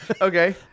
Okay